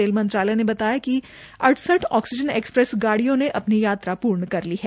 rail मंत्रालय ने बताया कि अड़सठ ऑक्सीजन एक्सप्रेस गड़ियों ने अपनी यात्रा पूर्ण कर ली है